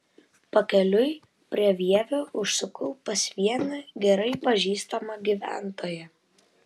pakeliui prie vievio užsukau pas vieną gerai pažįstamą gyventoją